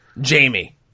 Jamie